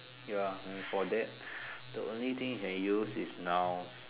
ya for that the only thing you can use is nouns